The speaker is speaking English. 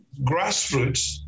grassroots